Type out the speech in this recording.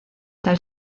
tal